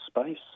space